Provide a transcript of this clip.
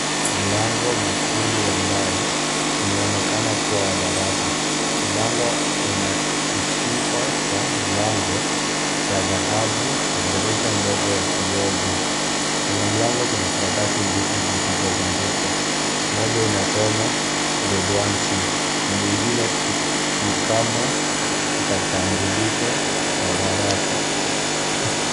Mlango mwekundu wa mbao, unaonekana kuwa wa darasa, mlanga una kishika cha thahabu cha mlango na dirisha ndogo ya kioo juu, kwenye mlango kuna karatasi mbili zilizo bandikwa, moja inasoma, (cs)grade 1 C(cs), na nyingine i, ni kama, ni katambulisho, cha darasa.